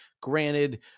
Granted